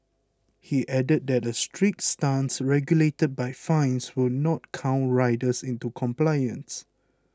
he added that a strict stance regulated by fines will not cow riders into compliance